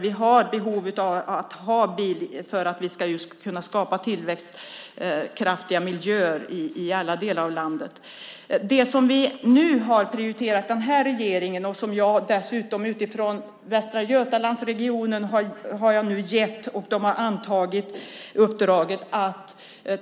Vi behöver bilen för att kunna skapa tillväxtkraftiga miljöer i alla delar av landet. Det som vi nu har prioriterat i regeringen är den samlade planeringsprocessen fram till 2019.